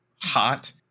hot